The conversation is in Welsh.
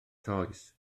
toes